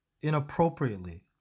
inappropriately